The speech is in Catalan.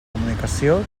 comunicació